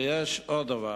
ויש עוד דבר: